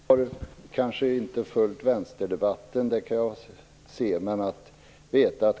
Fru talman! Birgit Friggebo har kanske inte följt vänsterdebatten; det kan jag se.